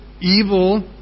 evil